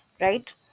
right